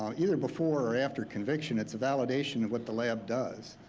um either before or after conviction, it's a validation of what the lab does.